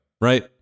right